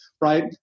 Right